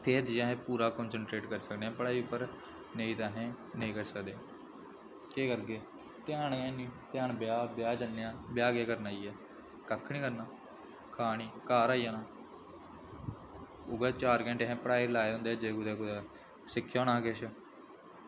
फिर जाइयै अस पूरा कंसंट्रेट करी सकने आं पढ़ाई पर नेईं तां अस नेईं करी सकदे केह् करगे ध्यान ऐनी ध्यान ब्याह् ब्याह् जन्ने आं ब्याह् केह् करना जाइयै कक्ख निं करना खानी घर आई जाना उ'ऐ चार घैंटे असें पढ़ाई पर लाए दे होंदे हे अज्जे गी कुदै ते कुदै सिक्खे दा होनां हा किश